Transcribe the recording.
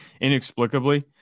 inexplicably